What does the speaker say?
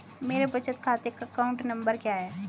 मेरे बचत खाते का अकाउंट नंबर क्या है?